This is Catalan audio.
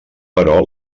però